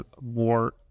more